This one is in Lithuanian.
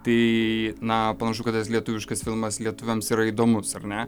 tai na panašu kad tas lietuviškas filmas lietuviams yra įdomus ar ne